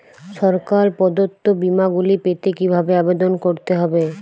সরকার প্রদত্ত বিমা গুলি পেতে কিভাবে আবেদন করতে হবে?